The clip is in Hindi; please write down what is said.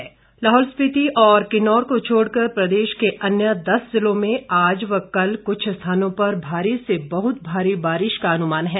मौसम लाहौल स्पिति और किन्नौर को छोड़ कर प्रदेश के अन्य दस ज़िलों में आज व कल कुछ स्थानों पर भारी से बहुत भारी बारिश का अनुमान है